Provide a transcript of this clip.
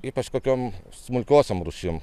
ypač kokiom smulkiosiom rūšim